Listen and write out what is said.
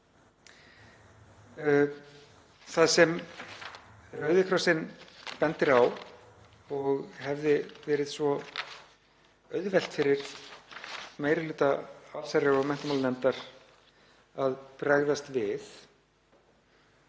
Það sem Rauði krossinn bendir á, og hefði verið svo auðvelt fyrir meiri hluta allsherjar- og menntamálanefndar að bregðast við,